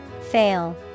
Fail